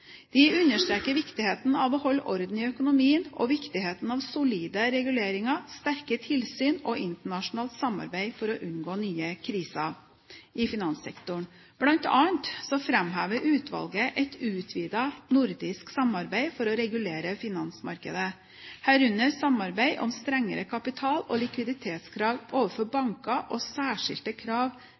Det understreker viktigheten av å holde orden i økonomien og viktigheten av solide reguleringer, sterke tilsyn og internasjonalt samarbeid for å unngå nye kriser i finanssektoren. Blant annet framhever utvalget et utvidet nordisk samarbeid for å regulere finansmarkedet, herunder samarbeid om strengere kapital- og likviditetskrav overfor banker, og særskilte krav